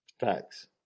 Facts